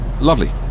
lovely